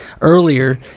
earlier